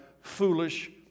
foolish